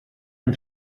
and